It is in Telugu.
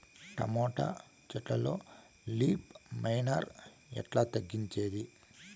టమోటా చెట్లల్లో లీఫ్ మైనర్ ఎట్లా తగ్గించేది?